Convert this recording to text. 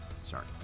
Sorry